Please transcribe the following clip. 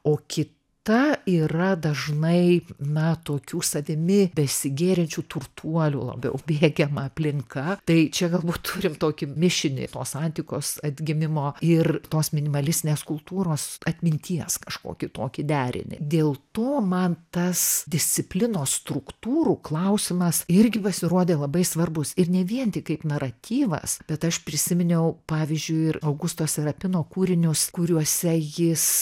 o kita yra dažnai na tokių savimi besigėrinčių turtuolių labiau mėgiama aplinka tai čia galbūt turim tokį mišinį tos antikos atgimimo ir tos minimalistinės kultūros atminties kažkokį tokį derinį dėl to man tas disciplinos struktūrų klausimas irgi pasirodė labai svarbus ir ne vien tik kaip naratyvas bet aš prisiminiau pavyzdžiui ir augusto serapino kūrinius kuriuose jis